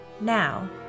Now